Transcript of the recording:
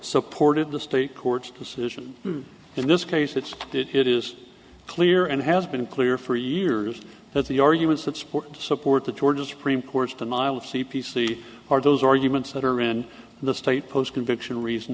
supported the state court's decision in this case it's it is clear and has been clear for years that the arguments that support to support the georgia supreme court's denial of c p c are those arguments that are in the state post conviction reason